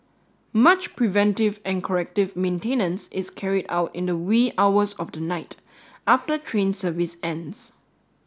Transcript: much preventive and corrective maintenance is carried out in the wee hours of the night after train service ends